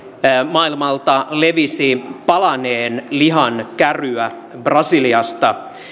maailmalta levisi palaneen lihan käryä brasiliasta